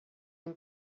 him